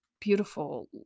beautiful